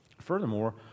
furthermore